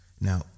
Now